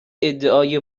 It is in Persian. ادعای